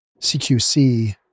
CQC